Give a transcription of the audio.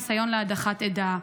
ניסיון להדחת עדה.